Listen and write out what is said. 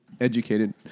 educated